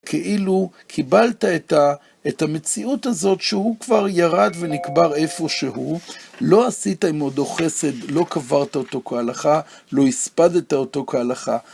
כאילו, קיבלת את ה... את המציאות הזאת שהוא כבר ירד ונקבר איפשהו, לא עשית עימדו חסד, לא קברת אותו כהלכה, לא הספדת אותו כהלכה.